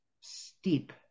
steep